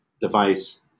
device